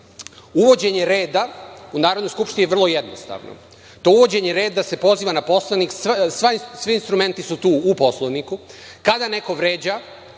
Uvođenje reda u Narodnoj skupštini je vrlo jednostavno. To uvođenje reda se poziva na Poslovnik. Svi instrumenti su tu u Poslovniku. Kada neko vređa